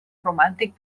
romàntic